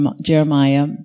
Jeremiah